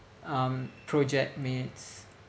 um project mates